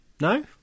No